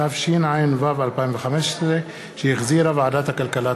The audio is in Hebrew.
התשע"ו 2015, שהחזירה ועדת הכלכלה.